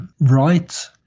right